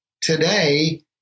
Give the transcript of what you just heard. today